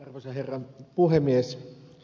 arvoisa herra puhemies